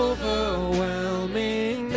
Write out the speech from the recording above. Overwhelming